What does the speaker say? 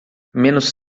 menos